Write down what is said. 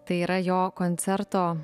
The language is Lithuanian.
tai yra jo koncerto